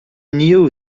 knew